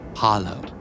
hollow